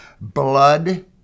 Blood